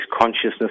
consciousness